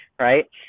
right